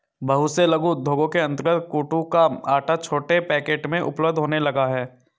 बहुत से लघु उद्योगों के अंतर्गत कूटू का आटा छोटे पैकेट में उपलब्ध होने लगा है